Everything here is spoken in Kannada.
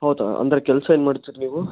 ಹೌದಾ ಅಂದರೆ ಕೆಲಸ ಏನು ಮಾಡ್ತೀರ ನೀವು